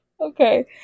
Okay